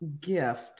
gift